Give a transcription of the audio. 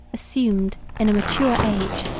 assumed, in a mature age,